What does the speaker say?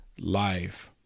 life